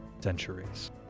centuries